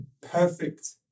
perfect